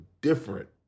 different